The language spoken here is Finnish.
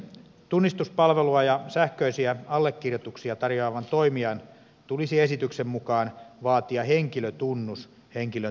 tunnistuspalvelua ja sähköisiä allekirjoituksia tarjoavan toimijan tulisi esityksen mukaan vaatia henkilötunnus henkilön tunnistamiseksi